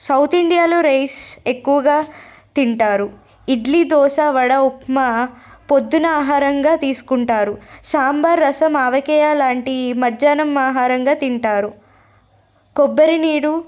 south ఇండియాలో rice ఎక్కువగా తింటారు ఇడ్లీ దోశ వడ ఉప్మా పొద్దున ఆహారంగా తీసుకుంటారు సాంబార్ రసం ఆవకాయ లాంటి మధ్యాహ్నం ఆహారంగా తింటారు కొబ్బరి నీడు